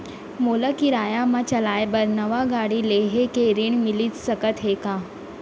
मोला किराया मा चलाए बर नवा गाड़ी लेहे के ऋण मिलिस सकत हे का?